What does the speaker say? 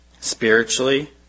spiritually